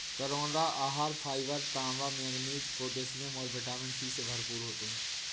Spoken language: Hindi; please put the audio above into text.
करौंदा आहार फाइबर, तांबा, मैंगनीज, पोटेशियम और विटामिन सी से भरपूर होते हैं